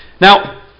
Now